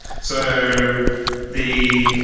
so the